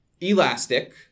Elastic